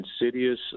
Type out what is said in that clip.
insidious